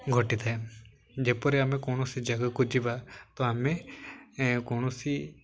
ଘଟିଥାଏ ଯେପରି ଆମେ କୌଣସି ଜାଗାକୁ ଯିବା ତ ଆମେ କୌଣସି